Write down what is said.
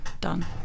done